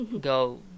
go